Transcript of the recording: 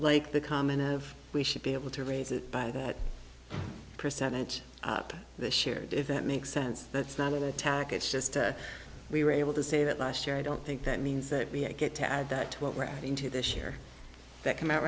like the comment of we should be able to raise it by the percentage up the shared if that makes sense that's not an attack it's just we were able to say that last year i don't think that means that we get to add that what we're adding to this year that come out